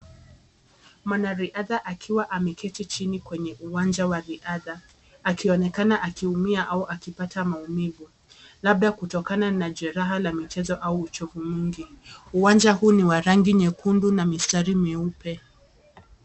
Mwanariadha akiwa ameketi chini kwenye uwanja wa riadha. Akionekana akiumia au akipata maumivu. Labda kutokana na jeraha la michezo au uchovu mwingi. Uwanja huu ni wa rangi nyekundu na mistari mieupe.